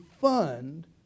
fund